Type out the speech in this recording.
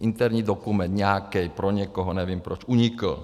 Interní dokument, nějaký, pro někoho, nevím, proč unikl.